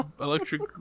electric